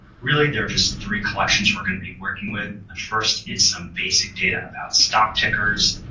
really, there are just three collections we're going to be working with. ah first, is some basic data about stock tickers.